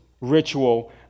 ritual